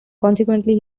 consequently